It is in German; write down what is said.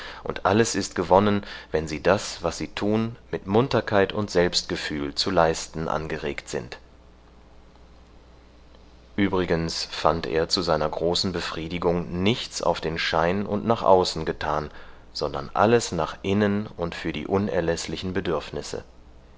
und alles ist gewonnen wenn sie das was sie tun mit munterkeit und selbstgefühl zu leisten angeregt sind übrigens fand er zu seiner großen befriedigung nichts auf den schein und nach außen getan sondern alles nach innen und für die unerläßlichen bedürfnisse